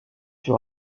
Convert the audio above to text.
fut